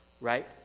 right